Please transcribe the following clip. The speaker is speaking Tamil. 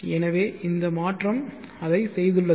எனவே இந்த மாற்றம் அதைச் செய்துள்ளது